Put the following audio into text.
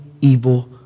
evil